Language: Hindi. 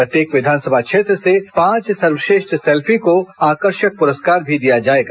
प्रत्येक विधानसभा क्षेत्र से पांच सर्वश्रेष्ठ सेल्फी को आकर्षक पुरस्कार भी दिया जाएगा